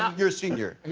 um your senior.